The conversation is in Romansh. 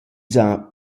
s’ha